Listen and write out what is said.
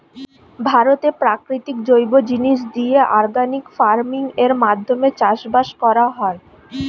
ভারতে প্রাকৃতিক জৈব জিনিস দিয়ে অর্গানিক ফার্মিং এর মাধ্যমে চাষবাস করা হয়